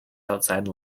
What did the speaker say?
outside